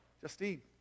Justine